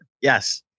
Yes